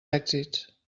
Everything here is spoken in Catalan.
èxits